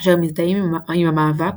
אשר מזדהים עם המאבק,